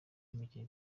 imikino